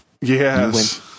Yes